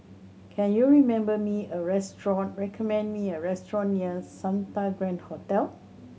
can you remember me a restaurant recommend me a restaurant near Santa Grand Hotel